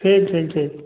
ठीक ठीक ठीक